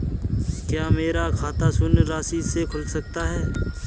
क्या मेरा खाता शून्य राशि से खुल सकता है?